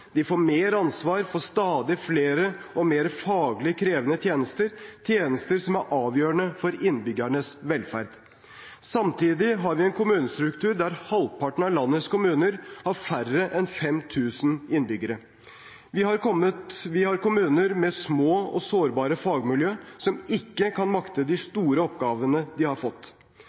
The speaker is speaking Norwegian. De får mer ansvar for stadig flere og mer faglig krevende tjenester, tjenester som er avgjørende for innbyggernes velferd. Samtidig har vi en kommunestruktur der halvparten av landets kommuner har færre enn 5 000 innbyggere. Vi har kommuner med små og sårbare fagmiljø, som ikke kan makte de